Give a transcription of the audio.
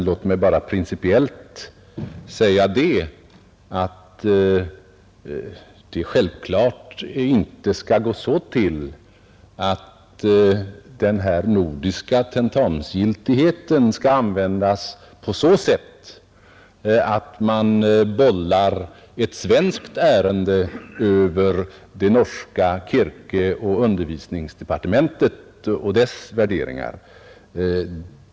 Låt mig bara principiellt säga att det självfallet inte skall vara så att den nordiska tentamensgiltigheten skall användas på så sätt, att man bollar ett svenskt ärende över det norska Kirkeog undervisningsdepartementet och dess värderingar.